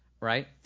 right